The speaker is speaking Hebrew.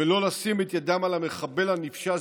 ולא לשים את ידם על המחבל הנפשע,